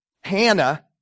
Hannah